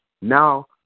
now